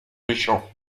méchant